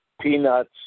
Peanuts